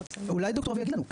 אולי דוקטור רווה יגיד לנו,